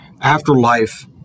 afterlife